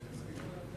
בבקשה.